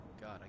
God